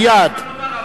מייד.